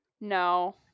No